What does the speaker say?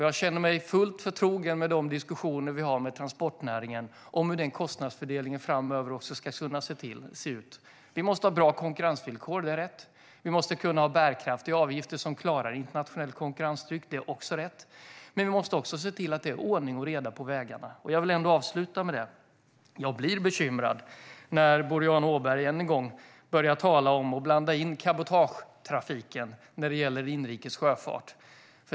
Jag känner fullt förtroende i de diskussioner vi har med transportnäringen om hur den kostnadsfördelningen framöver också ska kunna se ut. Vi måste ha bra konkurrensvillkor. Det är rätt. Vi måste kunna ha bärkraftiga avgifter som klarar internationellt konkurrenstryck. Det är också rätt. Men vi måste också se till att det är ordning och reda på vägarna. Jag vill avsluta med att säga att jag blir bekymrad när Boriana Åberg än en gång börjar tala om och blanda in cabotagetrafiken när det gäller inrikes sjöfart.